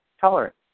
Tolerance